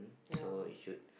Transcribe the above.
so it should